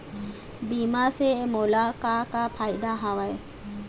बीमा से मोला का का फायदा हवए?